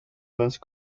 vice